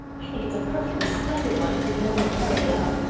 i think it's a perfectly splendid one, if we can only carry it out.